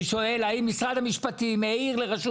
אני שואל: האם משרד המשפטים העיר לרשות